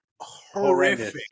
horrific